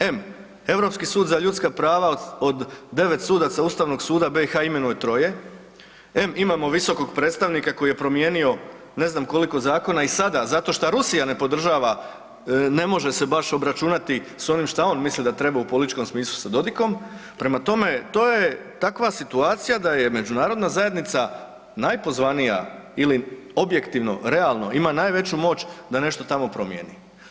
Em, Europski sud za ljudska prava od 9 sudaca Ustavnog suda BiH imenuje troje, em imamo visokog predstavnika koji je promijenio ne znam koliko zakona i sada zato šta Rusija ne podržava, ne može se baš obračunati s onim šta on misli da treba u političkom smislu sa Dodikom prema tome to je takva situacija da je međunarodna zajednica najpozvanija ili objektivno, realno ima najveću moć da nešto tamo promijeni.